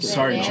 Sorry